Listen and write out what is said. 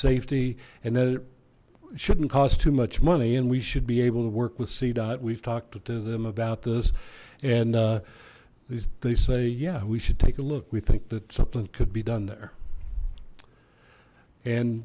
safety and then it shouldn't cost too much money and we should be able to work with c dot we've talked to them about this and they say yeah we should take a look we think that something could be done there and